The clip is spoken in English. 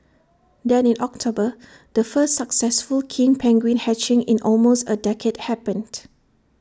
then in October the first successful king penguin hatching in almost A decade happened